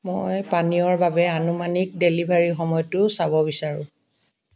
মই পানীয়ৰ বাবে আনুমানিক ডেলিভাৰীৰ সময়টো চাব বিচাৰোঁ